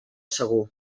segur